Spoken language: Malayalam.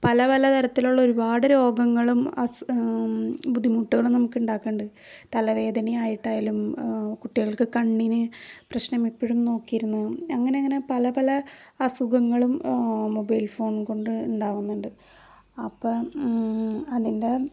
പല പല തരത്തിലുള്ള ഒരുപാട് രോഗങ്ങളും അസു ബുദ്ധിമുട്ടുകളും നമുക്ക് ഉണ്ടാക്കുന്നുണ്ട് തലവേദനയായിട്ടായാലും കുട്ടികൾക്ക് കണ്ണിന് പ്രശ്നമെപ്പഴും നോക്കിയിരുന്നാൽ അങ്ങനെ അങ്ങനെ പല പല അസുഖങ്ങളും മൊബൈൽ ഫോൺ കൊണ്ട് ഉണ്ടാവുന്നുണ്ട് അപ്പം അതിൻ്റെ